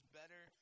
better